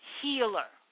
healer